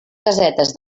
casetes